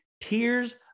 tears